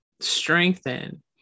strengthen